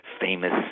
famous